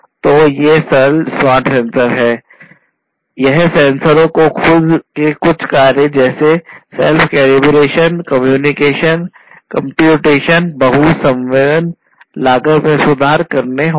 तो ये सरल स्मार्ट सेंसर हैं यह सेंसरों को खुद के कुछ कार्य जैसे सेल्फ कैलिब्रेशन कम्युनिकेशन कंप्यूटेशन बहु संवेदन लागत में सुधार करने होंगे